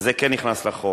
וזה כן נכנס לחוק,